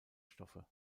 stoffe